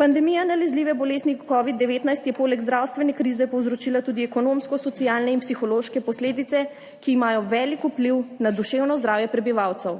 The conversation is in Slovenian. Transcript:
Pandemija nalezljive bolezni COVID-19 je poleg zdravstvene krize povzročila tudi ekonomsko, socialne in psihološke posledice, ki imajo velik vpliv na duševno zdravje prebivalcev.